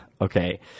okay